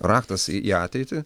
raktas į ateitį